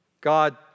God